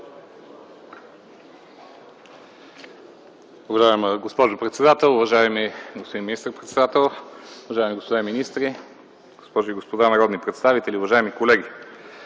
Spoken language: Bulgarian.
Уважаема госпожо председател, уважаеми господин министър-председател, уважаеми господа министри, госпожи и господа народни представители, уважаеми колеги!